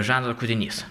žanro kūrinys